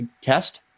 test